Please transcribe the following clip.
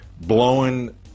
blowing